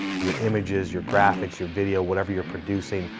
your images, your graphics, your video, whatever you're producing,